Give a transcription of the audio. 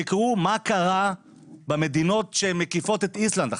תקראו מה קרה במדינות שהן מקיפות את איסלנד.